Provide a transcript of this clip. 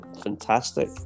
fantastic